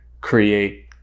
create